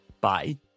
Bye